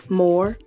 more